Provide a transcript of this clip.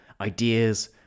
ideas